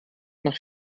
nach